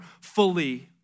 fully